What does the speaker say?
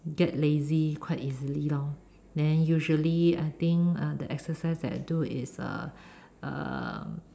get lazy quite easily lor then usually I think uh the exercise that I do is uh um